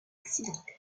accidenté